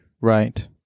Right